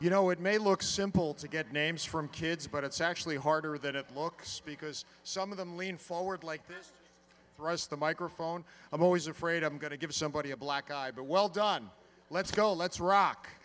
you know it may look simple to get names from kids but it's actually harder than it looks because some of them lean forward like this for us the microphone i'm always afraid i'm going to give somebody a black eye but well done let's go let's rock